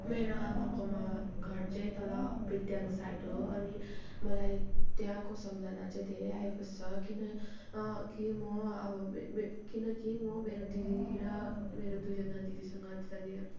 मेरो आमाको मावल घर चाहिँ तल बिध्याङ साइड हो अनि मलाई त्यहाँको सम्झना चाहिँ धेरै आइबस्छ किनकि म अब किनकि म मेरो दिदी र मेरो दुईजना दिदीसँग त्यतानिर